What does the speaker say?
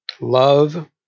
Love